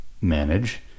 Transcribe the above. manage